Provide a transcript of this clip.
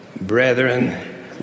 Brethren